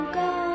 go